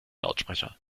lautsprecher